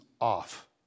Off